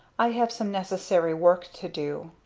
i have some necessary work to do.